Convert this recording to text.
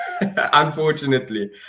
unfortunately